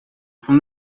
from